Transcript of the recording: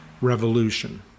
revolution